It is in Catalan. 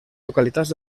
localitats